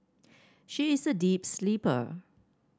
she is a deep sleeper